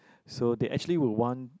so they actually would want